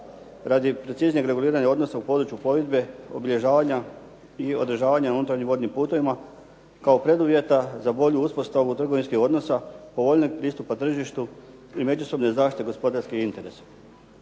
radi preciznijeg reguliranja odnosa u području plovidbe, obilježavanja i održavanja na unutarnjim vodnim putovima kao preduvjeta za bolju uspostavu trgovinskih odnosa, povoljnijeg pristupa tržištu i međusobne zaštite gospodarskih interesa.